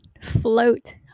float